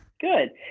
good